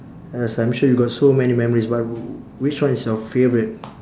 yes I'm sure you got so many memories but which one is your favourite